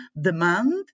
demand